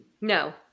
No